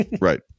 right